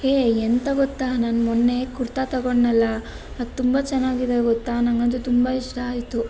ಹೇ ಎಂಥ ಗೊತ್ತಾ ನಾನು ಮೊನ್ನೆ ಕುರ್ತಾ ತೊಗೊಂಡೆನಲ್ಲ ಅದು ತುಂಬ ಚೆನ್ನಾಗಿದೆ ಗೊತ್ತಾ ನನಗಂತೂ ತುಂಬ ಇಷ್ಟ ಆಯಿತು